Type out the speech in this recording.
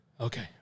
Okay